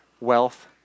wealth